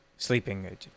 sleeping